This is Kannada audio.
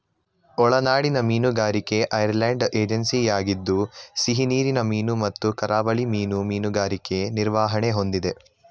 ಒಳನಾಡಿನ ಮೀನುಗಾರಿಕೆ ಐರ್ಲೆಂಡ್ ಏಜೆನ್ಸಿಯಾಗಿದ್ದು ಸಿಹಿನೀರಿನ ಮೀನು ಮತ್ತು ಕರಾವಳಿ ಮೀನು ಮೀನುಗಾರಿಕೆ ನಿರ್ವಹಣೆ ಹೊಂದಿವೆ